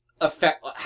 affect